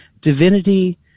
divinity